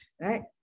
right